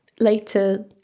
later